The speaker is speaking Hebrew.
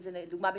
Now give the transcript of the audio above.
לדוגמה,